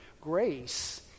Grace